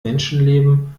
menschenleben